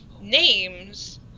names